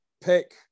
pick